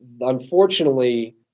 unfortunately